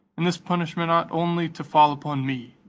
and this punishment ought only to fall upon me.